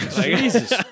Jesus